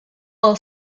all